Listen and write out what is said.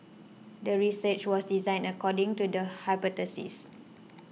the research was designed according to the hypothesis